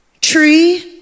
tree